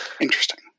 Interesting